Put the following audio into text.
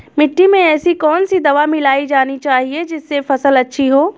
मिट्टी में ऐसी कौन सी दवा मिलाई जानी चाहिए जिससे फसल अच्छी हो?